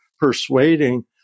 persuading